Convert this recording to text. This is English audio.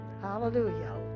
hallelujah